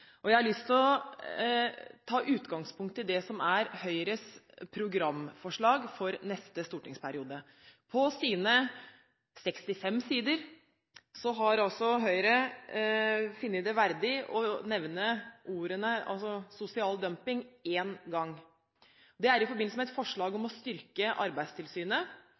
uimotsagt. Jeg har lyst å ta utgangspunkt i det som er Høyres programforslag for neste stortingsperiode. På 65 sider har Høyre funnet det verdig å nevne ordene «sosial dumping» én gang. Det er i forbindelse med et forslag om å styrke Arbeidstilsynet.